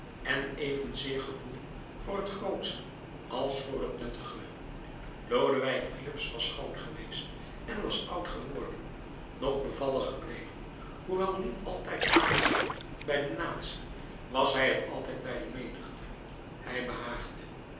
en evenzeer gevoel voor het grootsche als voor het nuttige lodewijk filips was schoon geweest en was oud geworden nog bevallig gebleven hoewel niet altijd aangenaam bij de natie was hij het altijd bij de menigte hij behaagde